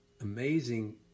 amazing